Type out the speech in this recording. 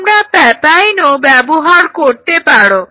তোমরা প্যাপাইনও ব্যবহার করতে পারো